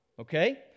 okay